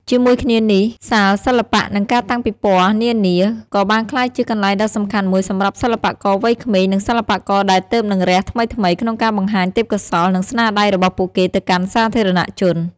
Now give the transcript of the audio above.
ជាមួយគ្នានេះ សាលសិល្បៈ និងការតាំងពិពណ៌នានា ក៏បានក្លាយជាកន្លែងដ៏សំខាន់មួយសម្រាប់សិល្បករវ័យក្មេង និងសិល្បករដែលទើបនឹងរះថ្មីៗ ក្នុងការបង្ហាញទេពកោសល្យ និងស្នាដៃរបស់ពួកគេទៅកាន់សាធារណជន។